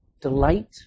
delight